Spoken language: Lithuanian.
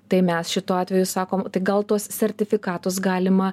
tai mes šitu atveju sakom tai gal tuos sertifikatus galima